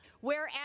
Whereas